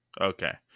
Okay